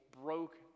broke